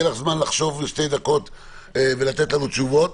יהיה לך זמן לחשוב שתי דקות ולתת לנו תשובות.